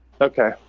Okay